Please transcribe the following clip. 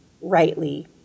rightly